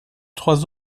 trois